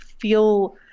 feel